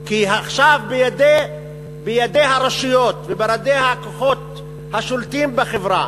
כי עכשיו בידי הרשויות ובידי הכוחות השולטים בחברה,